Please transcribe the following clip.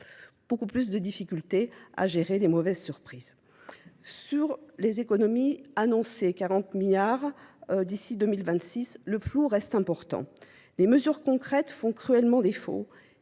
beaucoup plus de difficultés à gérer les mauvaises surprises. Sur les économies annoncées 40 milliards d'ici 2026, le flou reste important. Les mesures concrètes font cruellement défaut